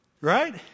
Right